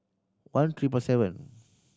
one triple seven